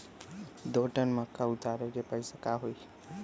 दो टन मक्का उतारे के पैसा का होई?